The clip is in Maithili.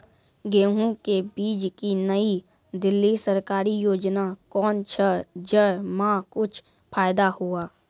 गेहूँ के बीज की नई दिल्ली सरकारी योजना कोन छ जय मां कुछ फायदा हुआ?